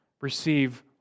receive